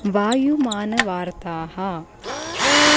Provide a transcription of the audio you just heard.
वायुमानवार्ताः